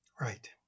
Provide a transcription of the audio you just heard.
Right